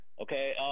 Okay